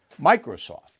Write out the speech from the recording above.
Microsoft